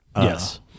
Yes